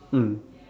mm